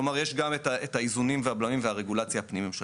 כלומר יש גם את האיזונים והבלמים והרגולציה הפנים ממשלתית.